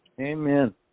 Amen